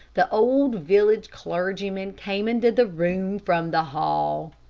the old village clergyman came into the room from the hall.